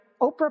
Oprah